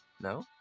No